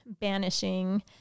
banishing